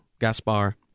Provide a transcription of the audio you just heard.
Gaspar